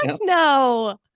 no